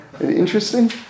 Interesting